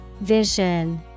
Vision